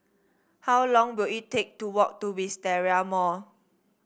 how long will it take to walk to Wisteria Mall